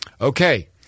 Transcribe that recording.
Okay